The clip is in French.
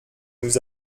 nous